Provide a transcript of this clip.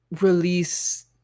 release